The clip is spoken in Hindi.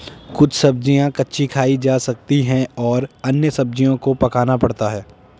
कुछ सब्ज़ियाँ कच्ची खाई जा सकती हैं और अन्य सब्ज़ियों को पकाना पड़ता है